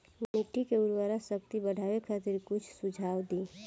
मिट्टी के उर्वरा शक्ति बढ़ावे खातिर कुछ सुझाव दी?